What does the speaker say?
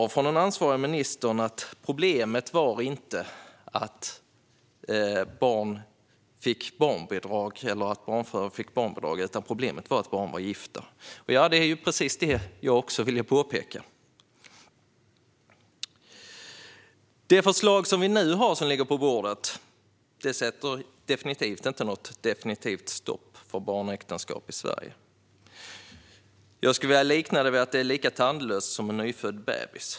Från den ansvariga ministern fick jag svaret att problemet inte var att barnfruar fick barnbidrag utan att problemet var att barn är gifta. Det är precis det jag också vill påpeka. Det förslag vi nu har på bordet sätter absolut inte ett definitivt stopp för barnäktenskap i Sverige. Jag skulle vilja säga att det är lika tandlöst som en nyfödd bebis.